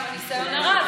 מניסיונה הרב,